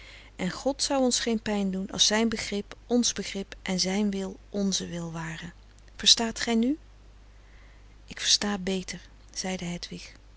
en god zou ons geen pijn doen als zijn begrip ons begrip en zijn wil onze wil waren verstaat gij nu ik versta beter zeide hedwig